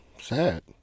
sad